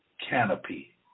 canopy